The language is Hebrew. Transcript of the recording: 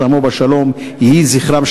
הארץ ובמותם פתחו את שערי השלום עם מצרים.